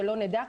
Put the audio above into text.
שלא נדע.